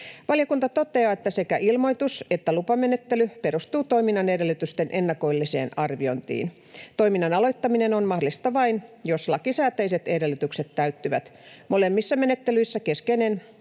Valiokunta toteaa, että sekä ilmoitus- että lupamenettely perustuu toiminnan edellytysten ennakolliseen arviointiin. Toiminnan aloittaminen on mahdollista vain, jos lakisääteiset edellytykset täyttyvät. Molemmissa menettelyissä keskeinen